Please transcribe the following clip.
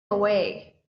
away